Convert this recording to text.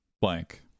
blank